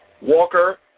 Walker